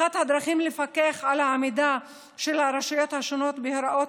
אחת הדרכים לפקח על העמידה של הרשויות השונות בהוראות